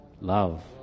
Love